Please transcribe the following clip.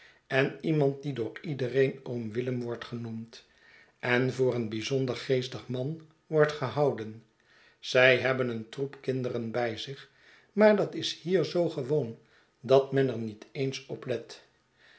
en iemand die door iedereen oom willem wordt genoemd en voor een bij zonder geestig man wordt gehouden zij hebben een troep kinderen bij zich maar dat is hier zoo gewoon dat men er niet eens op